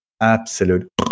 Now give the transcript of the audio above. absolute